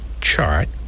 chart